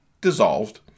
dissolved